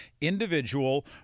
individual